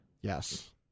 Yes